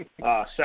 South